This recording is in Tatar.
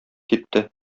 китте